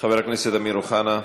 חבר הכנסת אמיר אוחנה,